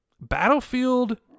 Battlefield